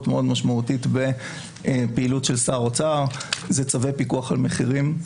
מאוד משמעותית בפעילות של שר אוצר ואלה צווי פיקוח על מחירים.